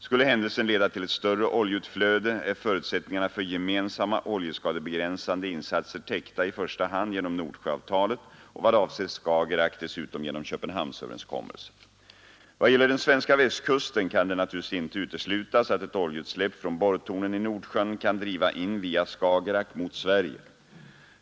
Skulle händelsen leda till ett större oljeutflöde, är förutsättningarna för gemensamma oljeskadebegränsande insatser täckta i första hand genom Nordsjöavtalet och vad avser Skagerack dessutom genom Köpenhamnsöverenskommelsen. I vad gäller den svenska västkusten kan det naturligtvis inte uteslutas att ett oljeutsläpp från borrtornen i Nordsjön kan driva in via Skagerack mot Sverige.